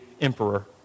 emperor